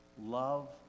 love